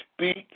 speak